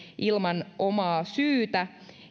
ilman omaa syytä